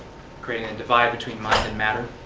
creating a divide between mind and matter.